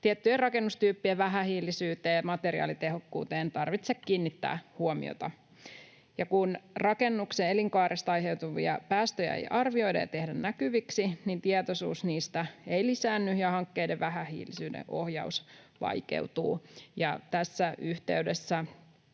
tiettyjen rakennustyyppien vähähiilisyyteen ja materiaalitehokkuuteen tarvitse kiinnittää huomiota. Kun rakennuksen elinkaaresta aiheutuvia päästöjä ei arvioida ja tehdä näkyviksi, niin tietoisuus niistä ei lisäänny ja hankkeiden vähähiilisyyden ohjaus vaikeutuu. Tässä yhteydessä